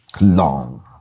long